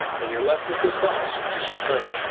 and you're left with this box, which is your plenum.